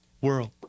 world